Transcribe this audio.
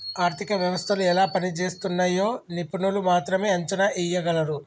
ఆర్థిక వ్యవస్థలు ఎలా పనిజేస్తున్నయ్యో నిపుణులు మాత్రమే అంచనా ఎయ్యగలరు